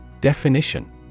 Definition